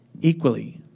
equally